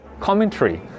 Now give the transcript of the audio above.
commentary